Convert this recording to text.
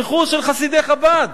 רכוש של חסידי חב"ד,